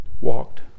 walked